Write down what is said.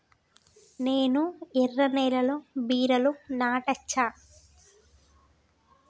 నేను ఎర్ర నేలలో బీరలు నాటచ్చా?